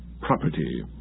property